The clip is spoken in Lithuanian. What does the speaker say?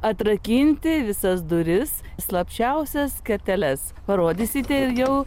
atrakinti visas duris slapčiausias kerteles parodysite ir jau palaukit neskubėkit